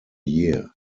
year